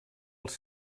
els